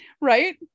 right